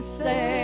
say